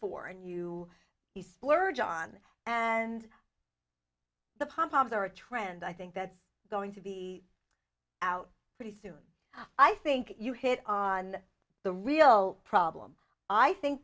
for and you splurge on and the pompoms are a trend i think that's going to be out pretty soon i think you hit on the real problem i think